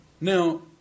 Now